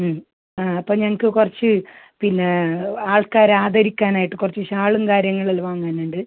ഉം ആ അപ്പം ഞങ്ങൾക്ക് കുറച്ച് പിന്നെ ആൾക്കാരെ ആദരിക്കാനായിട്ട് കുറച്ച് ഷാളും കാര്യങ്ങളും എല്ലാം വാങ്ങാനുണ്ട്